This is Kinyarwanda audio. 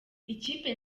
ikipe